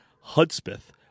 Hudspeth